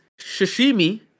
sashimi